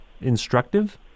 instructive